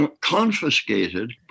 confiscated